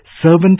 servant